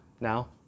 Now